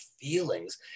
feelings